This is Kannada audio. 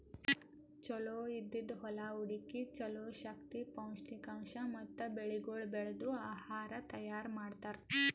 ಚಲೋ ಇದ್ದಿದ್ ಹೊಲಾ ಹುಡುಕಿ ಚಲೋ ಶಕ್ತಿ, ಪೌಷ್ಠಿಕಾಂಶ ಮತ್ತ ಬೆಳಿಗೊಳ್ ಬೆಳ್ದು ಆಹಾರ ತೈಯಾರ್ ಮಾಡ್ತಾರ್